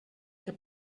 que